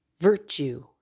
virtue